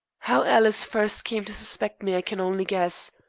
how alice first came to suspect me i can only guess.